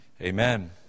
Amen